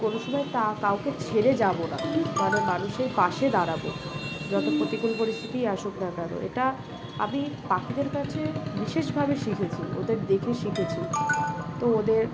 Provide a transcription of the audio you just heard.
কোনো সময় তা কাউকে ছেড়ে যাব না মানুষের পাশে দাঁড়াবো যত প্রতিকূল পরিস্থিতিই আসুক না কেন এটা আমি পাখিদের কাছে বিশেষভাবে শিখেছি ওদের দেখে শিখেছি তো ওদের